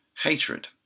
hatred